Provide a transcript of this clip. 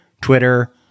Twitter